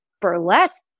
burlesque